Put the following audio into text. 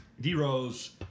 D-Rose